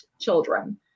children